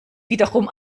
wiederum